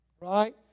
Right